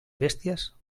bèsties